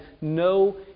no